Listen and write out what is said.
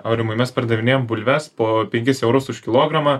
aurimai mes pardavinėjam bulves po penkis eurus už kilogramą